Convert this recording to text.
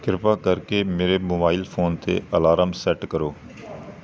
ਕਿਰਪਾ ਕਰਕੇ ਮੇਰੇ ਮੋਬਾਈਲ ਫ਼ੋਨ 'ਤੇ ਅਲਾਰਮ ਸੈੱਟ ਕਰੋ